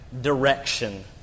direction